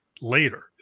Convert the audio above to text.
later